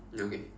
okay